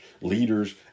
leaders